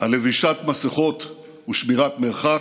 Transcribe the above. על לבישת מסכות ושמירת מרחק,